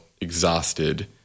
exhausted